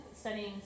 studying